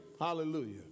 hallelujah